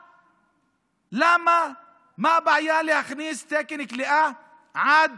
מה הבעיה להכניס תקן כליאה עד